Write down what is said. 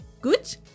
good